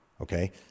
Okay